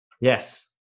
Yes